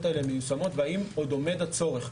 האלה מיושמות והאם עוד עומד הצורך.